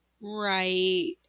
Right